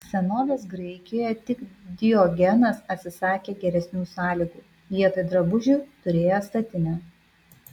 senovės graikijoje tik diogenas atsisakė geresnių sąlygų vietoj drabužių turėjo statinę